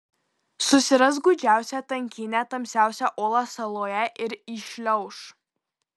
susiras gūdžiausią tankynę tamsiausią olą saloje ir įšliauš